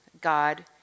God